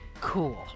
cool